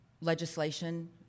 legislation